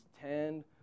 ten